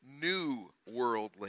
newworldly